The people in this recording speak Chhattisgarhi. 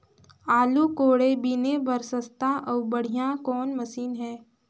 आलू कोड़े बीने बर सस्ता अउ बढ़िया कौन मशीन हे?